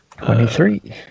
Twenty-three